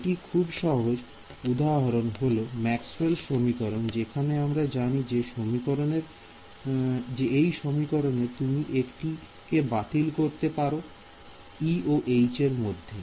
এটি খুব সহজ উদাহরণ হল ম্যাক্সওয়েল সমীকরণ যেখানে আমরা জানি যে এই সমীকরণের তুমি একটি কে বাতিল করতে পারে E ও H এরমধ্যে